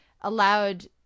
allowed